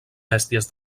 bèsties